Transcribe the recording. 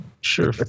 Sure